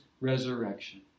resurrection